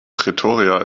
pretoria